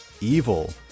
evil